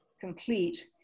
complete